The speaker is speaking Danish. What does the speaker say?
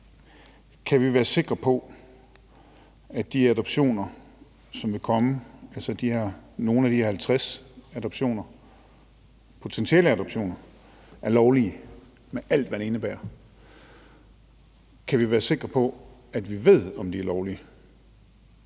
som vil komme, altså nogle af de her 50 potentielle adoptioner, er lovlige med alt, hvad det indebærer? Kan vi være sikre på, at vi ved, om de er lovlige?